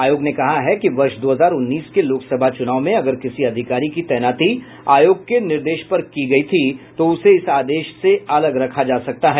आयोग ने कहा है कि वर्ष दो हजार उन्नीस के लोकसभा चुनाव में अगर किसी अधिकारी की तैनाती आयोग के निर्देश पर की गयी थी तो उसे इस आदेश से अलग रखा जा सकता है